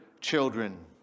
children